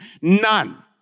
None